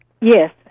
Yes